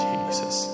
Jesus